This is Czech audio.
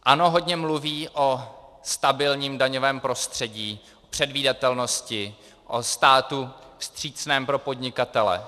ANO hodně mluví o stabilním daňovém prostředí, předvídatelnosti, o státu vstřícném pro podnikatele.